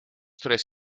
tres